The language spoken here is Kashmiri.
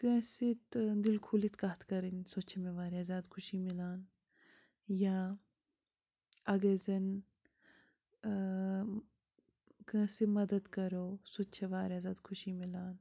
کٲنٛسہِ سۭتۍ تہٕ دِل کھوٗلِتھ کَتھ کَرٕنۍ سۄ تہِ چھےٚ مےٚ واریاہ زیادٕ خوشی مِلان یا اَگر زَن کٲنٛسہِ مَدَتھ کَرو سۄ تہِ چھےٚ واریاہ زیادٕ خوشی مِلان